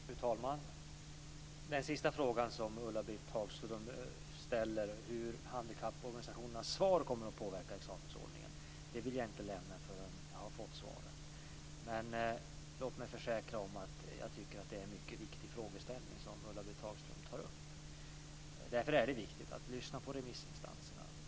Fru talman! Den sista frågan som Ulla-Britt Hagström ställde, hur handikapporganisationernas svar kommer att påverka examensordningen, vill jag inte lämna förrän jag har fått svaren. Men låt mig försäkra att jag tycker att det är en mycket viktig frågeställning som Ulla-Britt Hagström tar upp. Därför är det viktigt att lyssna på remissinstanserna.